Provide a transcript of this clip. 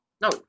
No